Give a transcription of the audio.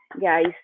Guys